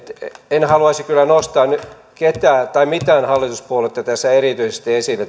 en haluaisi kyllä nostaa ketään tai mitään hallituspuoluetta erityisesti esille